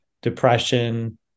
depression